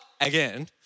again